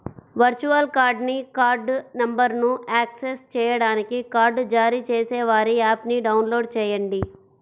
virtual కార్డ్ని card నంబర్ను access చేయడానికి కార్డ్ జారీ చేసేవారి యాప్ని డౌన్లోడ్ చేయండి